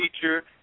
teacher